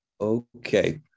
Okay